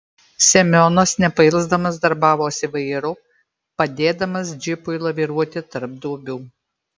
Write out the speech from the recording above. semionas nepailsdamas darbavosi vairu padėdamas džipui laviruoti tarp duobių